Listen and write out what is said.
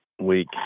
week